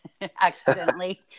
accidentally